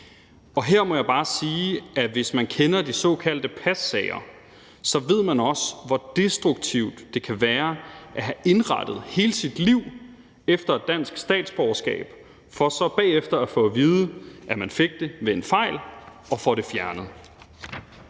Her må jeg bare sige, at hvis man kender de såkaldte passager, så ved man også, hvor destruktivt det kan være at have indrettet hele sit liv efter et dansk statsborgerskab for så bagefter at få at vide, at man fik det ved en fejl, og få det fjernet.